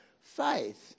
faith